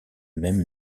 même